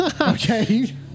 Okay